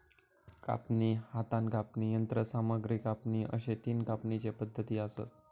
कापणी, हातान कापणी, यंत्रसामग्रीन कापणी अश्ये तीन कापणीचे पद्धती आसत